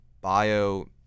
bio